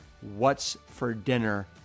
what's-for-dinner